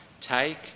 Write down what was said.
take